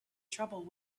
trouble